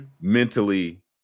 Mentally